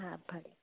हा भले